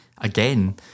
again